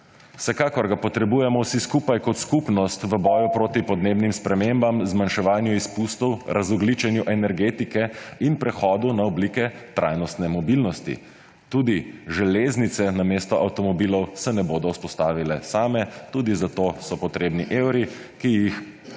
Vsekakor ga potrebujemo vsi skupaj kot skupnost v boju proti podnebnim spremembam, za zmanjševanje izpustov, razogljičenje energetike in prehod na oblike trajnostne mobilnosti, tudi železnice namesto avtomobilov se ne bodo vzpostavile same, tudi za to so potrebni evri, ki jih sedaj